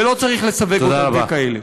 ולא צריך לסווג אותם ככאלה.